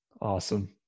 Awesome